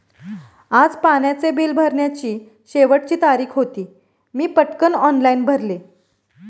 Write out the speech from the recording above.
आज पाण्याचे बिल भरण्याची शेवटची तारीख होती, मी पटकन ऑनलाइन भरले